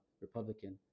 Republican